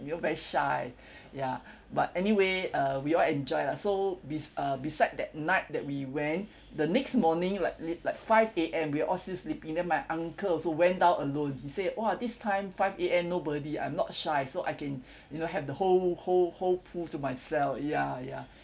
you know very shy ya but anyway uh we all enjoy lah so bes~ uh beside that night that we went the next morning like li~ like five A_M we're all still sleeping then my uncle also went down alone he say !wah! this time five A_M nobody I'm not shy so I can you know have the whole whole whole pool to myself ya ya